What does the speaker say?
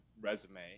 resume